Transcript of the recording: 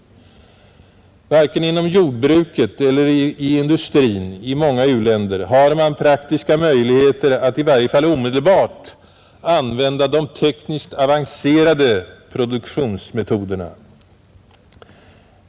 Varken inom jordbruket eller i industrin i många u-länder har man praktiska möjligheter att i varje fall omedelbart använda de tekniskt avancerade produktionsmetoderna.